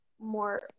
more